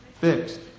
fixed